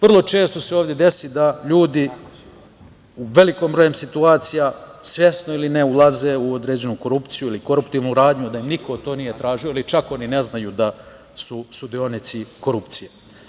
Vrlo često se desi da ljudi u velikom broju situacija svesno ili ne, ulaze u određenu korupciju ili koruptivnu radnju, da im niko to nije tražio ili čak ne znaju da su učesnici korupcije.